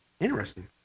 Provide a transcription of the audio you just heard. Interesting